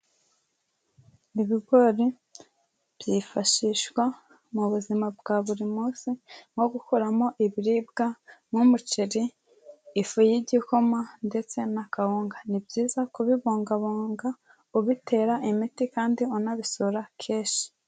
Ibigori byifashishwa mu buzima bwa buri munsi nko gukuramo ibiribwa nk'umuceri, ifu y'igikoma ndetse na kawunga. Ni byiza kubibungabunga ubitera imiti kandi unabisura kenshi.